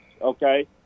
okay